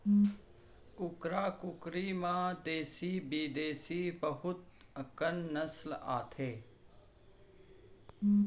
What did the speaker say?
कुकरा कुकरी म देसी बिदेसी बहुत अकन नसल आथे